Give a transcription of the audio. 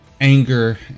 anger